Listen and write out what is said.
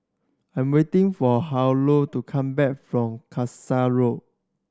I'm waiting for Harlow to come back from Kasai Road